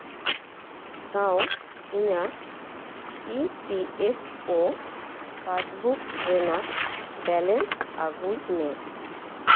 ᱥᱟᱶ ᱤᱧᱟᱜ E P F O passbook ᱨᱮᱱᱟᱜ ᱵᱮᱞᱮᱱᱥ ᱟᱹᱜᱩᱭ ᱢᱮ